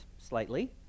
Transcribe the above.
slightly